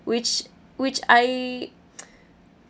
which which I